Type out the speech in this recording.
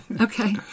Okay